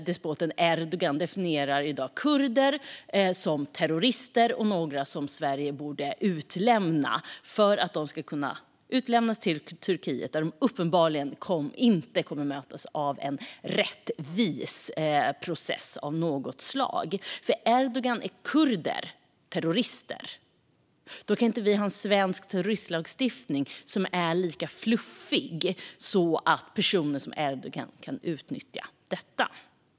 Despoten Erdogan definierar i dag kurder som terrorister som Sverige borde utlämna till Turkiet, där de uppenbarligen inte kommer att mötas av en rättvis process av något slag. För Erdogan är kurder terrorister. Sverige kan inte ha en terrorismlagstiftning som är så luddig att personer som Erdogan kan utnyttja detta.